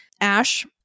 Ash